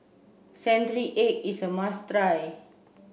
century egg is a must try